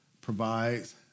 provides